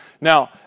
Now